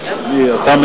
אלה שעומדים, נא לשבת.